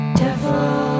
devil